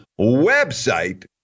website